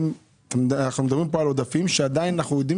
אנחנו מדברים פה על עודפים כשאנחנו יודעים